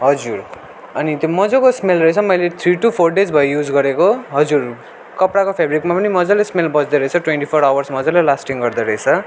हजुर अनि त्यो मजाको स्मेल रहेछ मैले थ्री टु फोर डेज भयो युज गरेको हजुर कपडाको फेबरेटमा पनि मजाले स्मेल बस्दोरहेछ ट्वेन्टी फोर आवर्स मजाले लास्टिङ गर्दोरहेछ